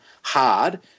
hard